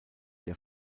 der